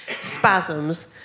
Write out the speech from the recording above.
spasms